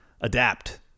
adapt